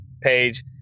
page